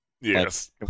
Yes